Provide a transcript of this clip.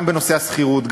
גם בנושא השכירות,